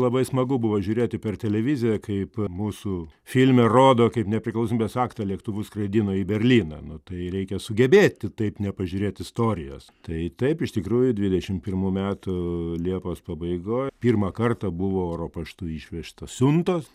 labai smagu buvo žiūrėti per televiziją kaip mūsų filme rodo kaip nepriklausomybės aktą lėktuvu skraidino į berlyną nu tai reikia sugebėti taip nepažiūrėt istorijos tai taip iš tikrųjų dvidešim pirmų metų liepos pabaigoj pirmą kartą buvo oro paštu išvežtos siuntos